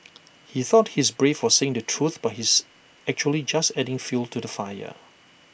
he thought he's brave for saying the truth but he's actually just adding fuel to the fire